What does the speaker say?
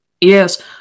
yes